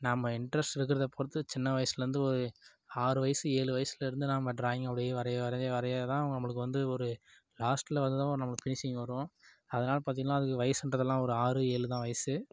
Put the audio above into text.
நாம் இன்ட்ரெஸ்ட் இருக்கிறத பொருத்து சின்ன வயசுலேருந்து ஒரு ஆறு வயசு ஏழு வயசுலேருந்து நாம் டிராயிங் அப்டியே வரைய வரைஞ்சு வரைய தான் நம்மளுக்கு வந்து ஒரு லாஸ்ட்டில் வந்ததும் நம்மளுக்கு ஃபினிஷிங் வரும் அதனால பார்த்திங்கனா அதுக்கு வயசுன்றதெல்லாம் ஒரு ஆறு ஏழுதான் வயசு